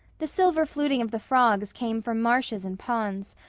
the silver fluting of the frogs came from marshes and ponds,